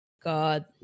God